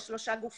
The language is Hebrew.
יש שלושה גופים.